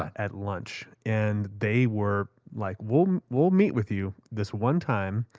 at lunch. and they were like, we'll um we'll meet with you this one time,